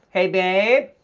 hey babe?